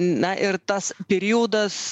na ir tas periodas